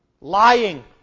lying